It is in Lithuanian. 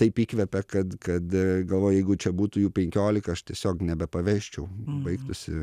taip įkvepia kad kad galvoju jeigu čia būtų jų penkiolika aš tiesiog nebepavežčiau baigtųsi